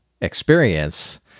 experience